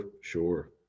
sure